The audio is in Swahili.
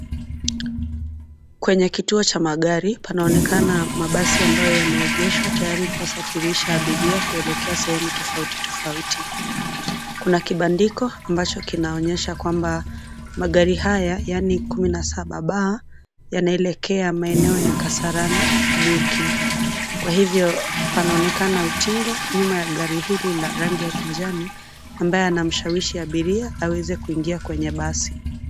Kwenye kituo cha magari, panaonekana mabasi ambayo yameegeshwa tayari kuwasafirisha abiria kuelekea sehemu tofauti tofauti. Kuna kibandiko ambacho kinaonyesha kwamba magari haya yaani 17 B yanaelekea maeneo ya Kasarani Mwiki, kwa hivyo anaonekana utingo nyuma ya gari hili la rangi ya kijani ambaye anamshawishi abiria aweze kuingia kwenye basi.